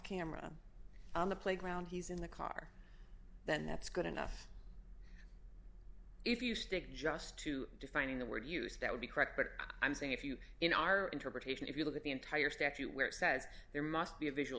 camera on the playground he's in the car then that's good enough if you stick just to defining the word used that would be correct but i'm saying if you in our interpretation if you look at the entire staff you where it says there must be a visual